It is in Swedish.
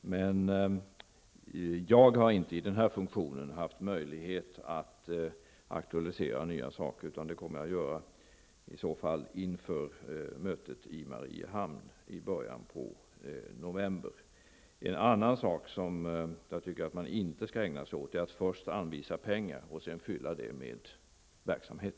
Jag har dock inte, i den här funktionen, haft möjlighet att aktualisera nya saker. Det kommer jag i så fall att göra inför mötet i Mariehamn i början av november. En annan sak som jag inte tycker att man skall ägna sig åt är att först anvisa pengar och sedan fylla på med verksamhet.